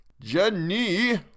Jenny